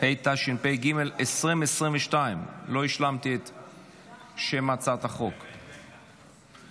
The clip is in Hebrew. התשפ"ג 2022, של חבר הכנסת אחמד טיבי.